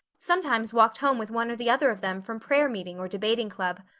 sometimes walked home with one or the other of them from prayer meeting or debating club.